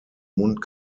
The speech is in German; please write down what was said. mund